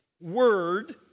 word